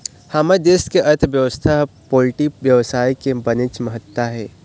हमर देश के अर्थबेवस्था म पोल्टी बेवसाय के बनेच महत्ता हे